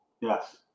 Yes